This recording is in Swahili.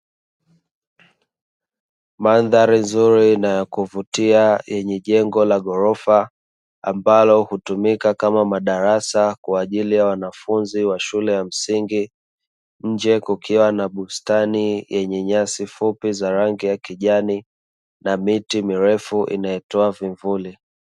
Mandhari nzuri na ya kuvutia yenye jengo la ghorofa ambalo hutumika kama madarasa kwaajili ya wanafunzi wa shule ya msingi. Nje kukiwa na bustani yenye nyasi fupi za rangi ya kijani na miti mirefu inayotoa vivuli.